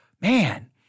man